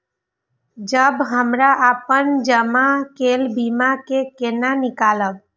जब हमरा अपन जमा केल बीमा के केना निकालब?